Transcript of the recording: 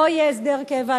לא יהיה הסדר קבע,